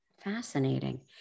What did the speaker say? fascinating